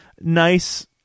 nice